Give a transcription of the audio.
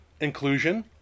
inclusion